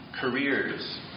careers